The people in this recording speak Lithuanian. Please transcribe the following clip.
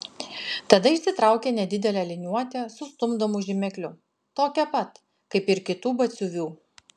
tada išsitraukė nedidelę liniuotę su stumdomu žymekliu tokią pat kaip ir kitų batsiuvių